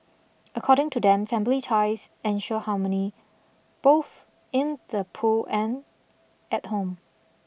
according to them family ties ensure harmony both in the pool and at home